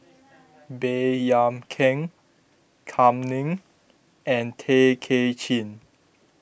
Baey Yam Keng Kam Ning and Tay Kay Chin